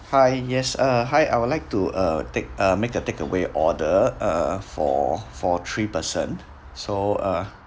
hi yes uh hi I would like to uh take uh make a takeaway order uh for for three person so uh